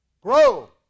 Grow